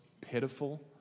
pitiful